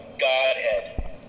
Godhead